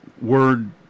word